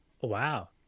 Wow